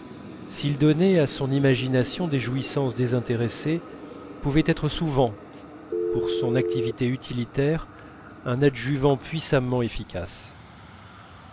s'il donnait à son imagination des jouissances désintéressées pouvait être souvent pour son activité utilitaire un adjuvant puissamment efficace